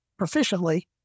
proficiently